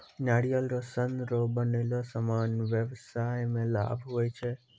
नारियल रो सन रो बनलो समान व्याबसाय मे लाभ हुवै छै